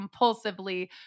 compulsively